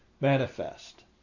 manifest